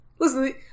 Listen